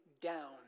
down